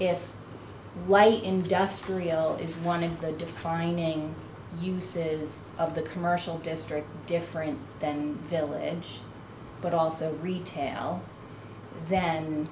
it's like industrial is one of the defining uses of the commercial district different than phillips but also retail then